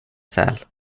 säl